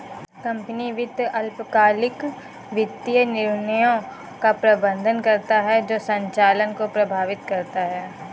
company वित्त अल्पकालिक वित्तीय निर्णयों का प्रबंधन करता है जो संचालन को प्रभावित करता है